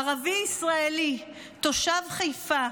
ערבי ישראלי תושב חיפה,